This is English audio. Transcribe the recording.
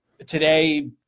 Today